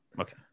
Okay